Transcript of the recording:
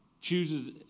Chooses